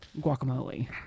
guacamole